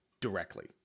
directly